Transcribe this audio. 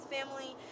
family